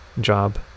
job